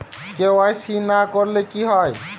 KYC না করলে কি হয়?